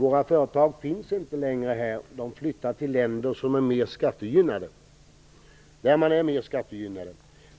Det finns inte längre några företag här, för de flyttar till länder där man är mer skattegynnad.